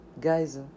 Guys